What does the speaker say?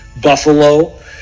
Buffalo